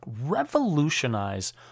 Revolutionize